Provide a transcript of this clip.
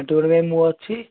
ଆଣ୍ଠୁ ଗଣ୍ଠି ପାଇଁ ମୁଁ ଅଛି